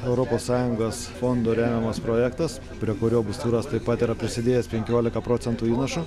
europos sąjungos fondų remiamas projektas prie kurio busturas taip pat yra prisidėjęs penkiolika procentų įnašo